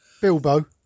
Bilbo